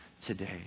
today